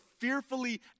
fearfully